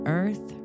earth